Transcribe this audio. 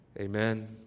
Amen